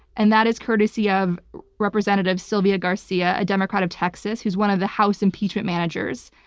and that is courtesy of representative sylvia garcia, a democrat of texas, who's one of the house impeachment managers.